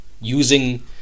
using